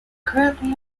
currently